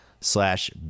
slash